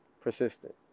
persistent